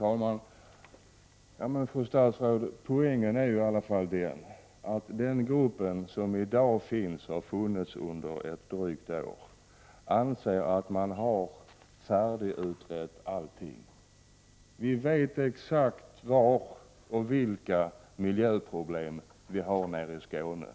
Fru talman! Men poängen är ju, fru statsråd, att man i den grupp som i dag finns, och som har funnits under drygt ett år, anser att man har färdigutrett allting. Vi vet exakt var miljöproblemen finns och vilka de är nere i Skåne.